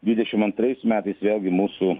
dvidešimt antrais metais vėl gi mūsų